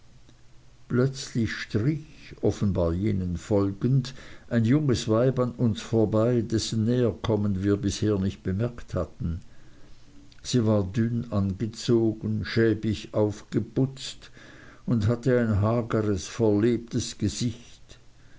plötzlich strich offenbar jenen folgend ein junges weib an uns vorbei dessen näherkommen wir bisher nicht bemerkt hatten sie war dünn angezogen schäbig aufgeputzt und hatte ein hageres verlebtes gesicht